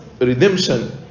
redemption